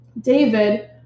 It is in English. David